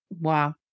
Wow